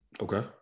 Okay